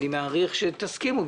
ואני מעריך שתסכימו,